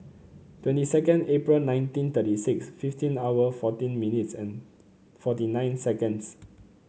twenty second April nineteen thirty six fifteen hour fourteen minutes and forty nine seconds